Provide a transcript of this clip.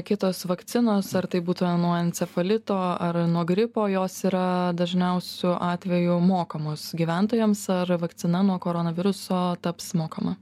kitos vakcinos ar tai būtų nuo encefalito ar nuo gripo jos yra dažniausiu atveju mokamos gyventojams ar vakcina nuo koronaviruso taps mokama